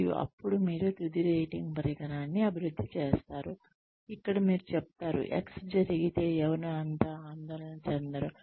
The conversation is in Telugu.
మరియు అప్పుడు మీరు తుది రేటింగ్ పరికరాన్ని అభివృద్ధి చేస్తారు ఇక్కడ మీరు చెప్తారు X జరిగితే ఎవరు అంత ఆందోళన చెందరు